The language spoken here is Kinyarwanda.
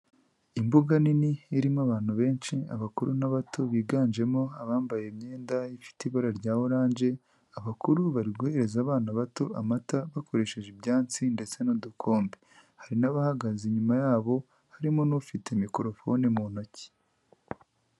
Imbuga nini, irimo abantu benshi, abakuru n'abato, biganjemo abambaye imyenda ifite ibara rya oranje, abakuru bari guhereza abana bato amata, bakoresheje ibyansi ndetse n'udukombe. Hari n'abahagaze inyuma yabo, harimo n'ufite mikorofone mu ntoki.